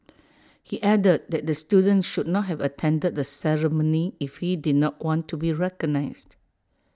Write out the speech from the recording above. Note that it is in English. he added that the student should not have attended the ceremony if he did not want to be recognised